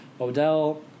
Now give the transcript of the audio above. Odell